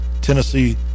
Tennessee